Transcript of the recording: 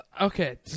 Okay